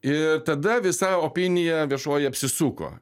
ir tada visa opinija viešoji apsisuko